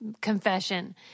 confession